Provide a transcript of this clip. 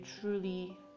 truly